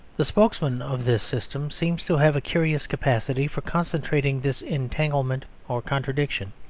the spokesmen of this system seem to have a curious capacity for concentrating this entanglement or contradiction,